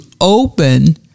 open